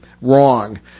wrong